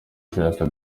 ushaka